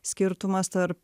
skirtumas tarp